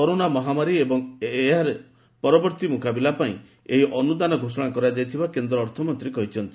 corona ମହାମାରୀ ଏବଂ ଏହାରେ ପରବର୍ତ୍ତୀ ମୁକାବିଲାପାଇଁ ଏହି ଅନୁଦାନ ଘୋଷଣା କରାଯାଇଥିବା କେନ୍ଦ୍ର ଅର୍ଥମନ୍ତ୍ରୀ କହିଛନ୍ତି